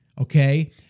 okay